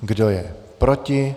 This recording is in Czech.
Kdo je proti?